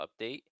update